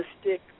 stick